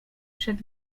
przed